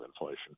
inflation